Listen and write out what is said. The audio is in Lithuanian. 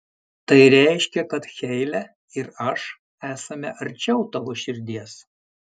tai reiškia kad heile ir aš esame arčiau tavo širdies